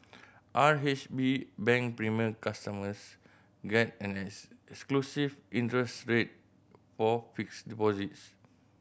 R H B Bank Premier customers get an else exclusive interest rate for fixed deposits